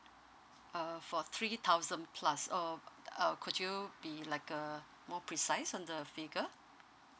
uh for three thousand plus oo uh could you be like uh more precise on the figure